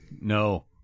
No